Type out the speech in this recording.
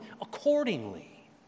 accordingly